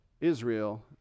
Israel